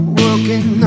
working